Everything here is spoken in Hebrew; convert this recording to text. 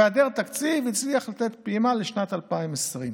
בהיעדר תקציב, הצליח לתת פעימה לשנת 2020,